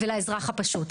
ולאזרח הפשוט,